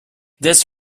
this